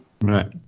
Right